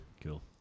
cool